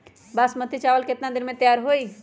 बासमती चावल केतना दिन में तयार होई?